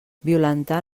violentar